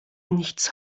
nichts